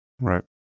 right